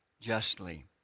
justly